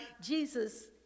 Jesus